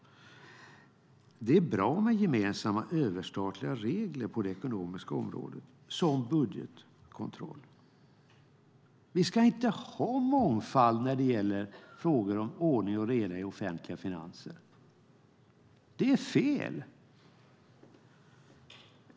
Det är bra med gemensamma överstatliga regler på det ekonomiska området som till exempel budgetkontroll. Vi ska inte ha mångfald när det gäller frågor om ordning och reda i offentliga finanser. Det är fel.